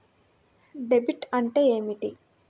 Debit అంటే ఏమిటి?